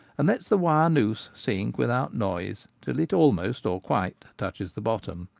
and lets the wire noose sink without noise till it almost or quite touches the bottom.